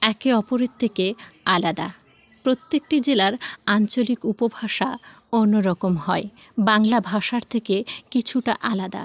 একে অপরের থেকে আলাদা প্রত্যেকটি জেলার আঞ্চলিক উপভাষা অন্য রকম হয় বাংলা ভাষার থেকে কিছুটা আলাদা